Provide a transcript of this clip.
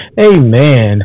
Amen